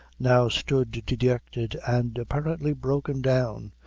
now stood dejected and apparently broken down,